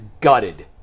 gutted